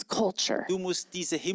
culture